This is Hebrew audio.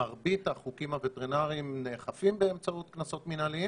מרבית החוקים הווטרינריים נאכפים באמצעות קנסות מנהליים